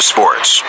Sports